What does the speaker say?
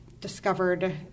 discovered